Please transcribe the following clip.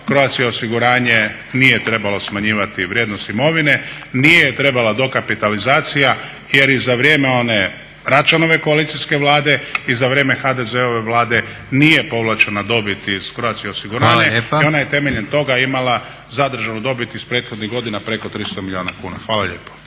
Croatia osiguranje nije trebala smanjivati vrijednost imovine, nije trebala dokapitalizacija jer i za vrijeme one Račanove koalicijske Vlade i za vrijeme HDZ-ove Vlade nije povlačena dobit iz Croatia osiguranja i ona je temeljem toga imala zadržanu dobit iz prethodnih godina preko 300 milijuna kuna. Hvala lijepo.